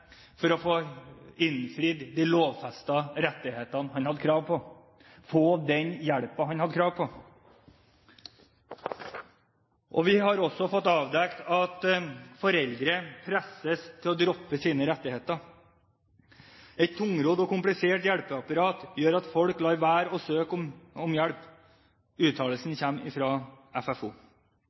for å få innfridd de lovfestede rettighetene og få den hjelpen han hadde krav på. Det er ifølge FFO blitt avdekket at foreldre presses til å droppe sine rettigheter. Et tungrodd og komplisert hjelpeapparat gjør at folk lar være å søke om hjelp.